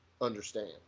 understand